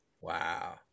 Wow